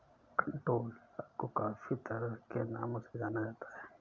कंटोला को काफी तरह के नामों से जाना जाता है